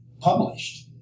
published